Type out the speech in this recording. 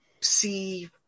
see